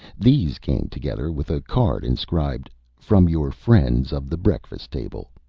these came together, with a card inscribed, from your friends of the breakfast table,